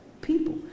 people